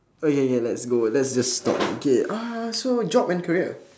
okay okay let's go just let's just talk okay uh so job and career